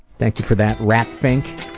thank you for that, rat fink.